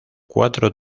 cuatro